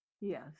Yes